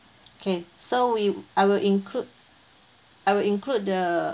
okay so we I will include I will include the